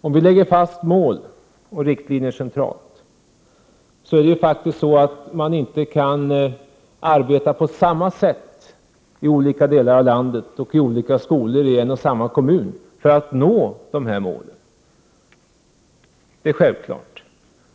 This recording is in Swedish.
Om vi lägger fast mål och riktlinjer centralt, kan man självfallet inte arbeta på samma sätt i olika delar av landet eller i olika skolor i en och samma kommun för att nå uppsatta mål. Det är självklart.